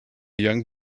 young